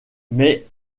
mais